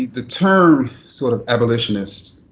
the term sort of abolitionist,